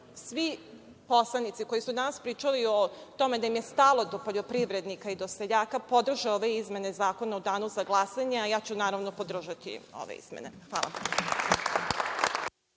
svi poslanici koji su danas pričali o tome da im je stalo do poljoprivrednika i do seljaka podrže ove izmene zakona u danu za glasanje, a ja ću, naravno, podržati ove izmene. Hvala.